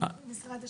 במשרד השיכון.